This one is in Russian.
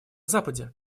западе